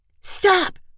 Stop